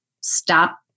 stop